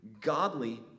godly